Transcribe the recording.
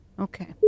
Okay